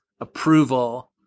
approval